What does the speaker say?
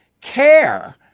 care